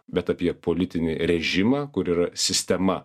bet apie politinį režimą kur yra sistema